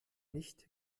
nicht